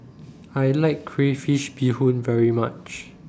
I like Crayfish Beehoon very much